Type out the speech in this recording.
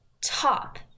top